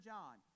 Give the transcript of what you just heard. John